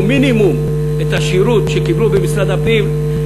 מינימום את השירות שקיבלו במשרד הפנים,